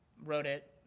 wrote it,